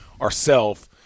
ourself